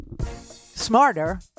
smarter